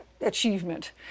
achievement